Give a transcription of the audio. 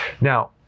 Now